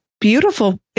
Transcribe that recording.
beautiful